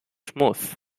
smooth